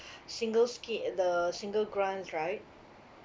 single's scheme the single grants right